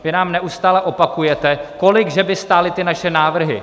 Vy nám neustále opakujete, kolik že by stály ty naše návrhy.